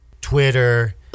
Twitter